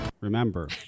Remember